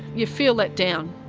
you feel let down.